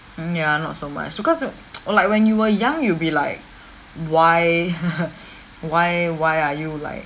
mm ya not so much because you like when you were young you'll be like why why why are you like